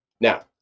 Now